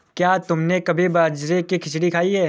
क्या तुमने कभी बाजरे की खिचड़ी खाई है?